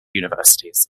universities